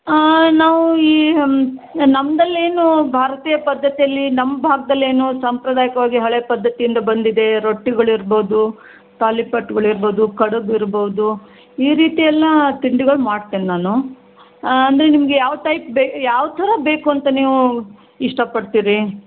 ನಾವು ಈ ನಮ್ಮದಲ್ಲೇನೂ ಭಾರತೀಯ ಪದ್ಧತಿಯಲ್ಲಿ ನಮ್ಮ ಭಾಗ್ದಲ್ಲೇನು ಸಾಂಪ್ರದಾಯಿಕವಾಗಿ ಹಳೆಯ ಪದ್ಧತಿಯಿಂದ ಬಂದಿದೆ ರೊಟ್ಟಿಗಳಿರ್ಬೋದು ತಾಲಿಪಟ್ಗಳಿರ್ಬೋದು ಕಡಬು ಇರ್ಬೋದು ಈ ರೀತಿ ಎಲ್ಲ ತಿಂಡಿಗಳು ಮಾಡ್ತೇನೆ ನಾನು ಅಂದರೆ ನಿಮಗೆ ಯಾವ ಟೈಪ್ ಬೇ ಯಾವ ಥರ ಬೇಕು ಅಂತ ನೀವು ಇಷ್ಟಪಡ್ತೀರಿ